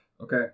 okay